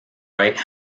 right